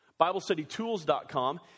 BibleStudyTools.com